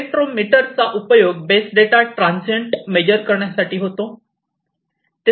electrometer चा उपयोग base data transient measure करण्यासाठी होतो